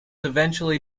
eventually